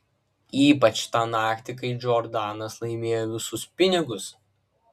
ypač tą naktį kai džordanas laimėjo visus pinigus